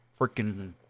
freaking